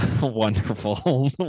wonderful